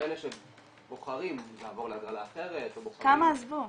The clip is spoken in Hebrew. יש כאלה שבוחרים לעבור להגרלה אחרת או בוחרים --- כמה עזבו?